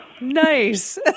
Nice